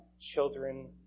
children